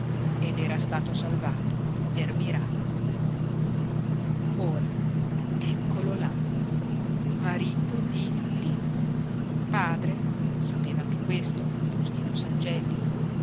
ed era stato salvato per miracolo ora eccolo là marito di lillí padre sapeva anche questo faustino sangelli